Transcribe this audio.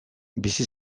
bizi